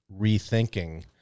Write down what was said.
rethinking